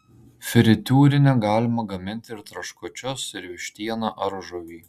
fritiūrine galima gaminti ir traškučius ir vištieną ar žuvį